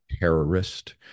terrorist